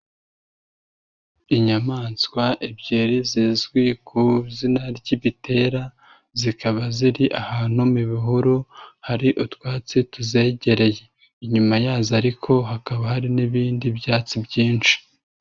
Inyamaswa ebyiri zizwi ku izina ry'ibitera, zikaba ziri ahantu mu bihuru, hari utwatsi tuzegereye. Inyuma yazo ariko hakaba hari n'ibindi byatsi byinshi.